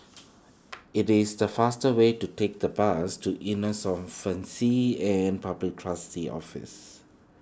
it is the faster way to take the bus to and Public Trustee's Office